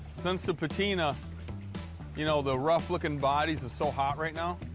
since the patina you know, the rough-looking bodies is so hot right now.